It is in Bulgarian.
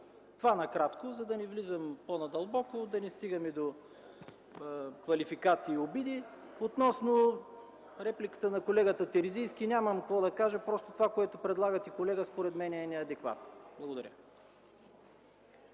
Това накратко, за да не влизам по-надълбоко и да не стигаме до квалификации и обиди. Относно репликата на колегата Терзийски, нямам какво да кажа. Колега, това, което предлагате, според мен е неадекватно. Благодаря.